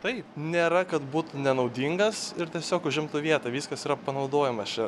taip nėra kad būtų nenaudingas ir tiesiog užimtų vietą viskas yra panaudojama čia